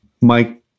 Mike